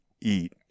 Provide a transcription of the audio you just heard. eat